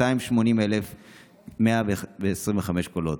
280,125 קולות.